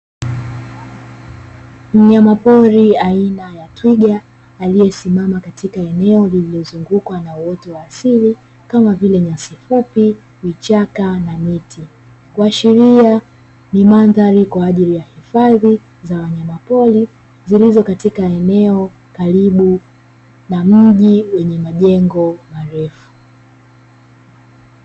Mnyama pori aina ya Twiga, aliyesimama katika eneo lililozungukwa na outo wa asili kama vile nyasi fupi, vichaka na miti, kuashiria ni mandhari kwa ajili ya hifadhi za wanyamapori, zilizo katika eneo karibu na mji wenye majengo marefu.